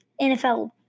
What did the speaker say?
NFL